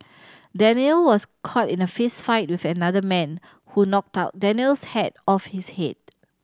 Daniel was caught in a fistfight with another man who knocked Daniel's hat off his head